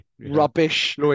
rubbish